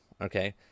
Okay